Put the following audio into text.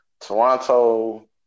Toronto